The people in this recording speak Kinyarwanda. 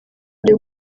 byo